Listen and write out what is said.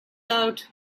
out